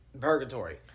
purgatory